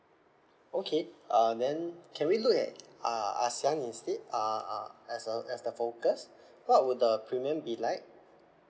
okay uh then can we look at uh ASEAN instead uh uh as a as the focus what would the premium be like